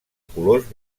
colors